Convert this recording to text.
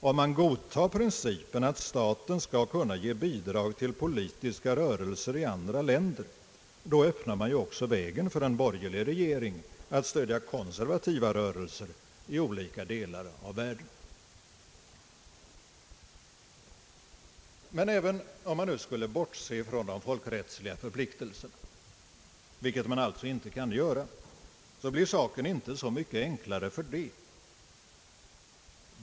Om man godtar principen att staten skall kunna ge bidrag till politiska rörelser i andra länder, öppnar man ju också vägen för en borgerlig regering att stödja konservativa rörelser i olika delar av världen. Även om man skulle bortse från de folkrättsliga förpliktelserna, vilket man alltså inte kan göra, blir saken ändå inte så mycket enklare.